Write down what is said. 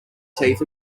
teeth